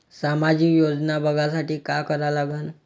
सामाजिक योजना बघासाठी का करा लागन?